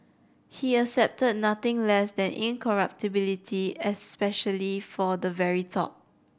he accepted nothing less than incorruptibility especially for the very top